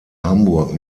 hamburg